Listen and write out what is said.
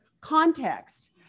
context